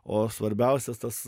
o svarbiausias tas